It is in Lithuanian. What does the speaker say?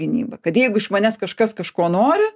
gynyba kad jeigu iš manęs kažkas kažko nori